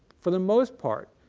for the most part,